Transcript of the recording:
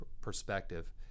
perspective